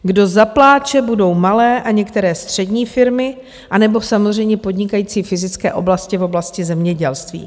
Kdo zapláče, budou malé a některé střední firmy, anebo samozřejmě podnikající fyzické oblasti v oblasti zemědělství.